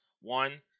One